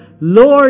Lord